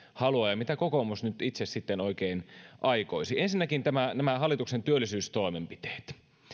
haluaa ja mitä kokoomus nyt itse sitten oikein aikoisi ensinnäkin nämä hallituksen työllisyystoimenpiteet